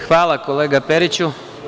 Hvala, kolega Periću.